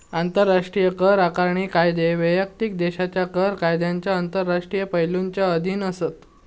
आंतराष्ट्रीय कर आकारणी कायदे वैयक्तिक देशाच्या कर कायद्यांच्या आंतरराष्ट्रीय पैलुंच्या अधीन असा